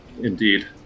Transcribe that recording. Indeed